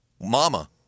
Mama